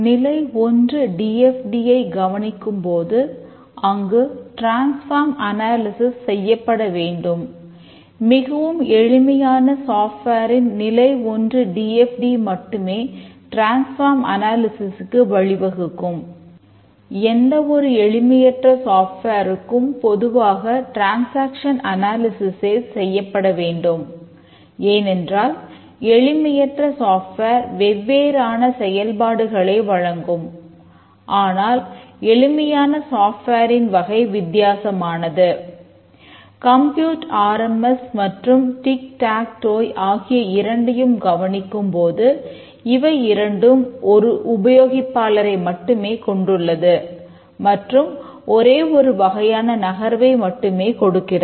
நிலை 1 D F T ஆகிய இரண்டையும் கவனிக்கும் போது இவை இரண்டும் ஒரு உபயோகிப்பாளரை மட்டுமே கொண்டுள்ளது மற்றும் ஒரே ஒரு வகையான நகர்வை மட்டுமே கொடுக்கிறது